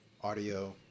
audio